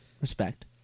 Respect